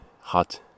hot